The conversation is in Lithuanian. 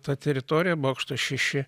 ta teritorija bokšto šeši